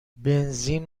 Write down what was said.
بنزین